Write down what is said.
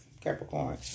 Capricorn